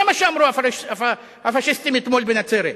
זה מה שאמרו הפאשיסטים אתמול בנצרת.